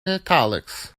italics